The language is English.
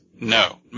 No